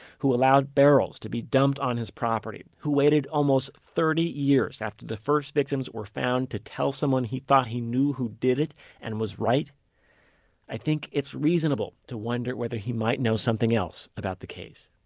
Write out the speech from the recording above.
who allowed barrels to be dumped on his property, who waited almost thirty years after the first victims were found to tell someone he thought he knew who did it and was right i think it's reasonable to wonder whether he might know something else about the case